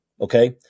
Okay